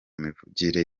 mivugire